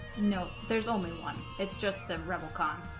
no there's only one it's just the rebel con